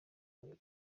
babiri